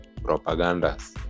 propagandas